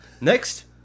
next